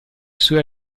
sue